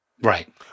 Right